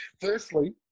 Firstly